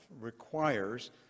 requires